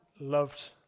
loved